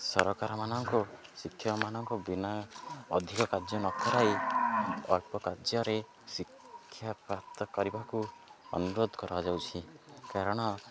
ସରକାରମାନଙ୍କୁ ଶିକ୍ଷକମାନଙ୍କୁ ବିନା ଅଧିକ କାର୍ଯ୍ୟ ନକରାଇ ଅଳ୍ପ କାର୍ଯ୍ୟରେ ଶିକ୍ଷାପ୍ରାପ୍ତ କରିବାକୁ ଅନୁରୋଧ କରାଯାଉଛି କାରଣ